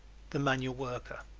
the manual worker